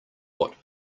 what